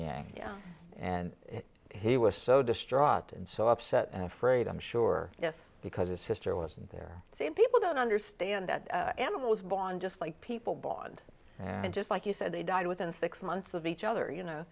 union and he was so distraught and so upset and afraid i'm sure yes because his sister wasn't there same people don't understand that emma was born just like people blond and just like you said they died within six months of each other you know